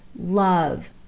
love